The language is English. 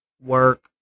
work